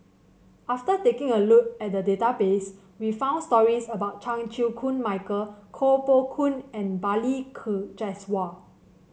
after taking a look at the database we found stories about Chan Chew Koon Michael Koh Poh Koon and Balli Kaur Jaswal